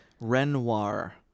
Renoir